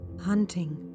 hunting